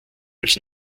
als